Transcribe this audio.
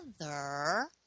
together